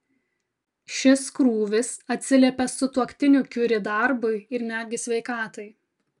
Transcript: šis krūvis atsiliepia sutuoktinių kiuri darbui ir netgi sveikatai